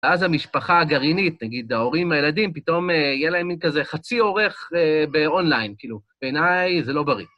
ואז המשפחה הגרעינית, נגיד ההורים, הילדים, פתאום יהיה להם מין כזה חצי עורך באונליין, כאילו, בעיניי זה לא בריא.